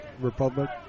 Republic